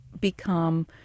become